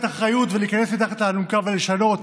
אחריות ולהיכנס מתחת לאלונקה ולשנות,